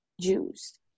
Jews